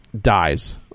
dies